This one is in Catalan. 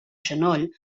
genoll